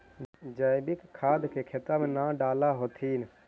जैवीक खाद के खेतबा मे न डाल होथिं?